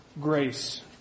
grace